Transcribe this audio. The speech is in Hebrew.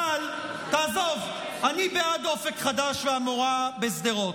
אבל עזוב, אני בעד אופק חדש והמורה בשדרות.